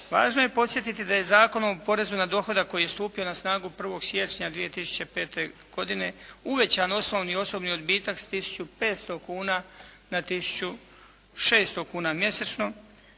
Važno je podsjetiti da je Zakonom o porezu na dohodak koji je stupio na snagu 1. siječnja 2005. godine uvećan osnovni osobni odbitak s tisuću 500 kuna na tisuću 600 kuna mjesečno